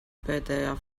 pēdējā